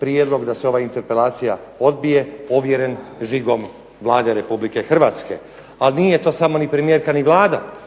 prijedlog da se ova interpelacija odbije ovjeren žigom Vlade Republike Hrvatske. Ali nije to samo ni premijerka ni Vlada,